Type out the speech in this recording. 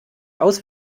aus